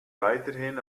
weiterhin